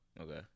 Okay